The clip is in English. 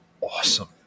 awesome